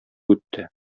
үтте